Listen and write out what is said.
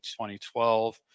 2012